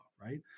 right